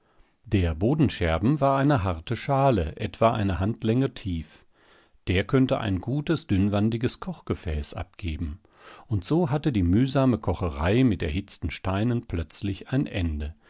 der bodenscherben war eine harte schale etwa eine handlänge tief der könnte ein gutes dünnwandiges kochgefäß abgeben und so hatte die mühsame kocherei mit erhitzten steinen plötzlich ein ende